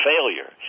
failure